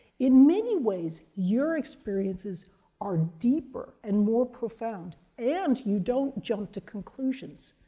in many ways, your experiences are deeper and more profound, and you don't jump to conclusions.